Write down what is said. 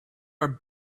our